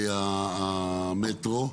לתוואי המטרו.